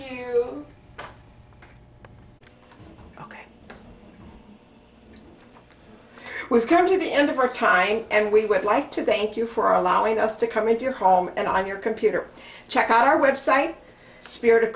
they we've come to the end of our time and we would like to thank you for allowing us to come into your home and i'm your computer check out our website spirit of